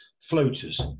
floaters